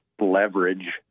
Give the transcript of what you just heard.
leverage